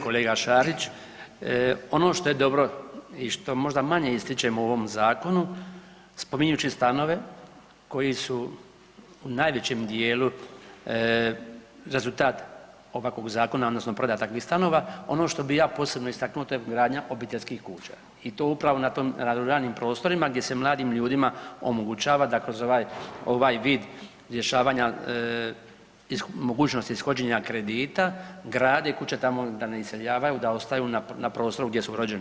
Kolega Šarić, ono što je dobro i što možda manjem ističemo u ovom zakonu, spominjući stanove koji su u najvećem djelu rezultat ovakvog zakona odnosno prodaje takvih stanova, ono što bi ja posebno istaknuo, to je gradnja obiteljskih kuća i to upravo na ruralnim prostorima gdje se mladim ljudima omogućava da kroz ovaj vid rješavanja mogućnosti ishođenja kredita, grade kuće tamo da ne iseljavaju, da ostaju na prostoru gdje su rođeni.